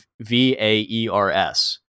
V-A-E-R-S